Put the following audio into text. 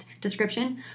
description